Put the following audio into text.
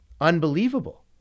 unbelievable